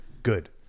good